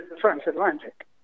Transatlantic